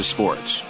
Sports